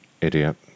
Idiot